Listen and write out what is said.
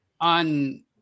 on